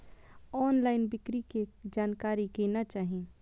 Online बिक्री के जानकारी केना चाही?